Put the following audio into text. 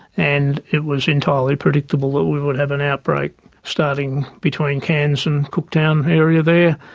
and it was entirely predictable that we would have an outbreak starting between cairns and cooktown area there,